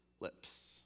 lips